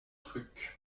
trucs